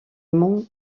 mont